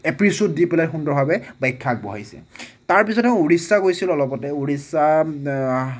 episode দি পেলাই সুন্দৰভাৱে বাখ্যা আগবঢ়াইছে তাৰপিছতে উৰিষ্যা গৈছিলোঁ অলপতে উৰিষ্যা